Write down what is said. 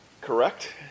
Correct